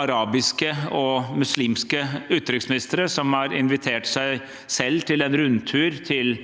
arabiske og muslimske utenriksministre som har invitert seg selv til en rundtur til